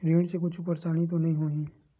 ऋण से कुछु परेशानी तो नहीं होही?